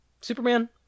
Superman